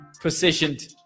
positioned